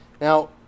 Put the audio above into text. Now